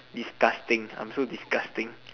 disgusting I'm so disgusting